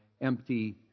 empty